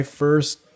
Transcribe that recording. first